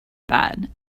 bad